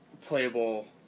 playable